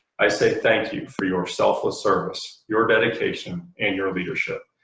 i say thank you for your selfless service, your dedication and your leadership.